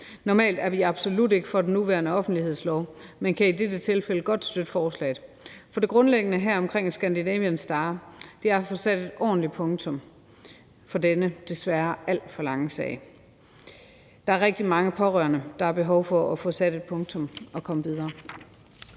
Normalt er vi absolut ikke for den nuværende offentlighedslov, men kan i dette tilfælde godt støtte forslaget. For det grundlæggende her omkring »Scandinavian Star« er at få sat et ordentligt punktum for denne desværre alt for lange sag. Der er rigtig mange pårørende, der har behov for at få sat et punktum og komme videre.